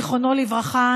זיכרונו לברכה,